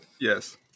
Yes